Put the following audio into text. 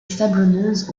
sablonneuse